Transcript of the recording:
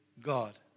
God